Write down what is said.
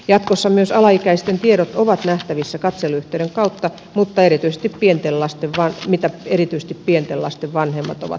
jatkossa myös alaikäisten tiedot ovat nähtävissä katseluyhteyden kautta mutta erityisesti pienten lasten dwarf mitä erityisesti pienten lasten vanhemmat ovat toivoneet